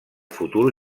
futur